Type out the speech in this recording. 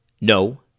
No